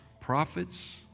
prophets